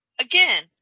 Again